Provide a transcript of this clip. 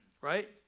right